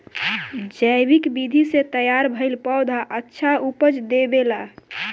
जैविक विधि से तैयार भईल पौधा अच्छा उपज देबेला